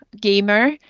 gamer